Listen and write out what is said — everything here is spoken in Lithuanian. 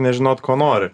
nežinot ko nori